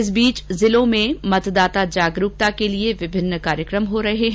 इस बीच जिलों में मतदाता जागरूकता के लिए विभिन्न कार्यकम हो रहे हैं